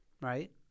right